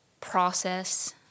process